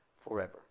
forever